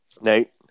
Nate